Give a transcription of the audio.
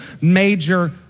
major